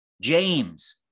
James